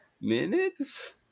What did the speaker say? minutes